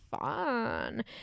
fun